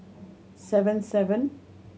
seven seven